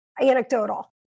anecdotal